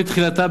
מתחילת כהונתה,